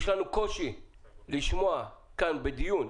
יש לנו קושי כאן בדיון.